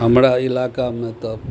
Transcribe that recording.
हमरा इलाका मे तऽ